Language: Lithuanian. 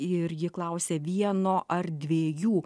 ir ji klausė vieno ar dviejų